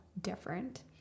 different